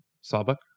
Sawbuck